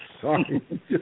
sorry